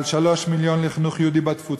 על 3 מיליון לחינוך יהודי בתפוצות,